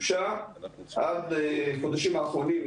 שאושרה עד החודשים האחרונים.